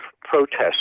protests